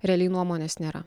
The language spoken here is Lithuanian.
realiai nuomonės nėra